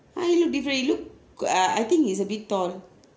!huh! he look different he look ah I think he is a bit tall